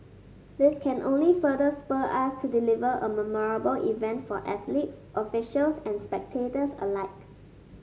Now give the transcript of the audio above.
this can only further spur us to deliver a memorable event for athletes officials and spectators alike